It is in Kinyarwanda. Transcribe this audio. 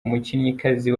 umukinnyikazi